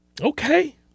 Okay